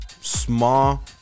small